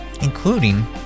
including